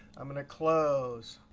i'm going to close.